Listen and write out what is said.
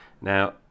Now